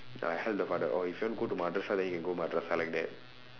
I heard the father oh if you want to go madrasah then you go madrasah like that